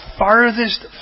farthest